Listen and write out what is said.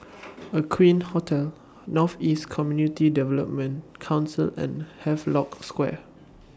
Aqueen Hotel North East Community Development Council and Havelock Square